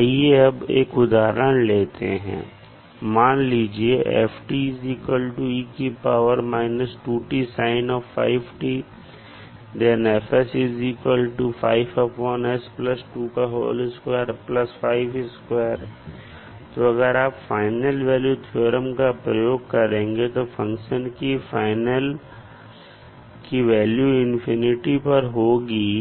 आइए अब एक उदाहरण लेते हैं तो अगर आप फाइनल वैल्यू थ्योरम का प्रयोग करेंगे तो फंक्शन की वैल्यू इंफिनिटी पर होगी